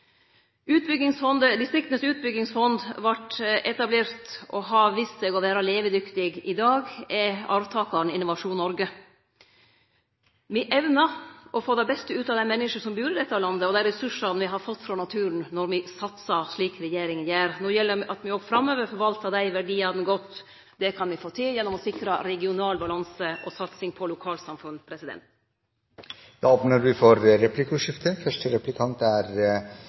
Utbyggingsfond vart etablert og har vist seg å vere levedyktig – i dag er arvtakaren Innovasjon Norge. Me evnar å få det beste ut av dei menneska som bur i dette landet, og dei ressursane me har fått frå naturen, når me satsar slik regjeringa gjer. No gjeld det at me også framover forvaltar dei verdiane godt. Det kan me få til gjennom å sikre regional balanse og satsing på lokalsamfunn. Det blir replikkordskifte. Kommunalministeren snakkar om at det er